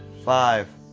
Five